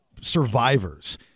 survivors